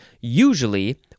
usually